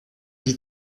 die